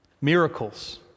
miracles